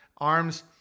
arms